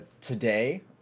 today